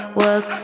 work